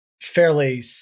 fairly